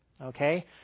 Okay